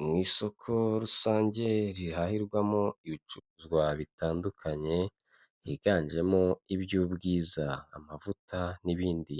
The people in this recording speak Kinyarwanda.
Mu isoko rusange rihahirwamo ibicuruzwa bitandukanye higanjemo iby'ubwiza amavuta n'ibindi,